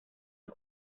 los